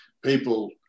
people